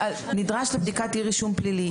נדרש לבדיקת אי-רישום פלילי.